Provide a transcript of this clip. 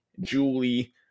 Julie